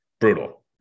brutal